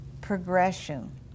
progression